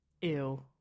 Ew